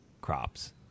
crops